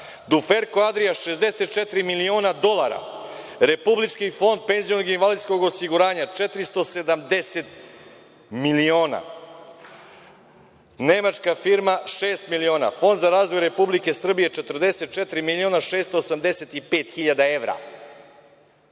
„Duferko Adrija“ 64 miliona dolara, Republički fond penzionog i invalidskog osiguranja 470 miliona, nemačka firma šest miliona, Fond za razvoj Republike Srbije 44 miliona 685 hiljada evra. To